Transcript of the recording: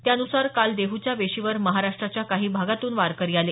त्यानुसार काल देहच्या वेशीवर महाराष्ट्राच्या काही भागातून वारकरी आले